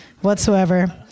whatsoever